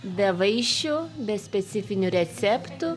be vaišių be specifinių receptų